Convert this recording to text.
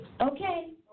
okay